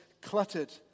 cluttered